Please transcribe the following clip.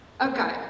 Okay